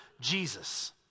Jesus